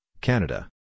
Canada